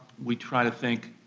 we try to think,